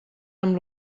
amb